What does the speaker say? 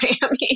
Miami